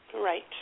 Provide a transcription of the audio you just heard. Right